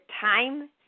time